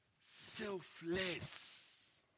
selfless